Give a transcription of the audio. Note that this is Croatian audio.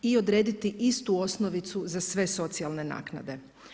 I odrediti istu osnovicu za sve socijalne naknade.